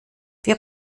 wir